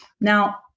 Now